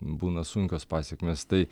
būna sunkios pasekmės tai